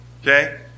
Okay